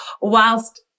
whilst